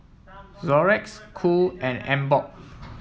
Xorex Cool and Emborg